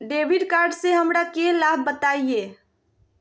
Debit card से हमरा के लाभ बताइए?